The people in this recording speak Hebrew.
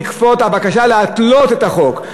בעקבות הבקשה להתלות את החוק,